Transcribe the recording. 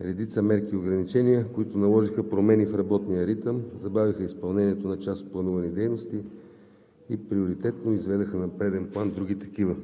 редица мерки и ограничения, които наложиха промени в работния ритъм, забавиха изпълнението на част от планувани дейности и приоритетно изведоха на преден план други такива.